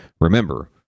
Remember